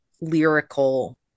lyrical